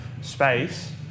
space